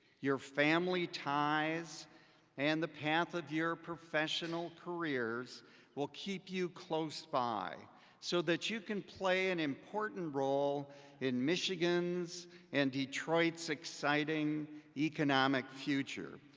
your family ties and the path of your professional careers will keep you close, so that you can play an important role in michigan's and detroit's exciting economic future.